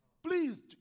Please